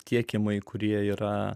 tiekimai kurie yra